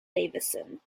davison